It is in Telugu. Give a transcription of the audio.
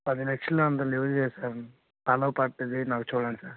పది లక్షలు అంత లెవ్వులే సార్ కాలువ పక్కదే నాకు చూడండి సార్